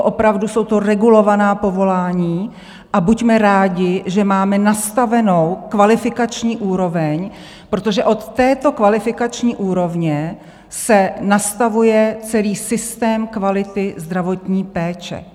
Opravdu jsou to regulovaná povolání a buďme rádi, že máme nastavenou kvalifikační úroveň, protože od této kvalifikační úrovně se nastavuje celý systém kvality zdravotní péče.